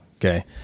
okay